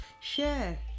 Share